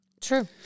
true